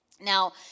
Now